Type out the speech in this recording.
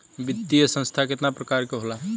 वित्तीय संस्था कितना प्रकार क होला?